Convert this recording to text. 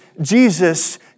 Jesus